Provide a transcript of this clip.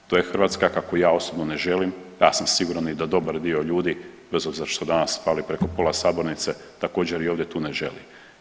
To je Hrvatska kakvu ja osobno ne želim, ja sam siguran i da dobar dio ljudi, bez obzira što danas fali preko pola sabornice, također, i ovdje tu ne želi.